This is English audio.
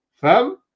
Fam